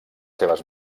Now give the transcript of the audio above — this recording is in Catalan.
seves